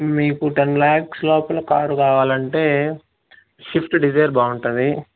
మీకు టెన్ ల్యాక్స్ లోపల కార్ కావాలి అంటే స్విఫ్ట్ డిజైర్ బాగుంటుంది